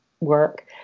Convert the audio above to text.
work